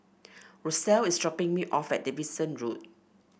Russel is dropping me off at Davidson Road